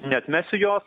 neatmesiu jos